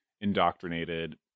indoctrinated